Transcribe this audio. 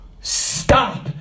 stop